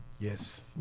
Yes